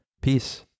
Peace